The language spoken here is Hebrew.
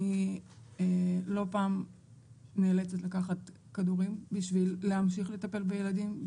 אני לא פעם נאלצת לקחת כדורים בשביל להמשיך לטפל בילדים,